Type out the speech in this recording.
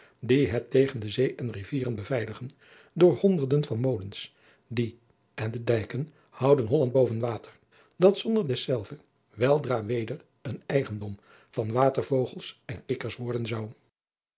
die het tegen de zee en rivieren beveiligen door honderden van molens die en de dijken houden holland boven water dat zonder dezelve weldra weder een eigendom van watervogels en kikkers worden zou